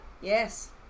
Yes